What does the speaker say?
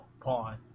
pawn